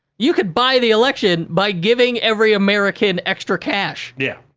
you could buy the election by giving every american extra cash. yeah.